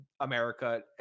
america